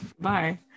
Bye